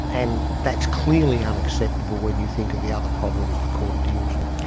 and that's clearly unacceptable when you think of the other problems the court deals with.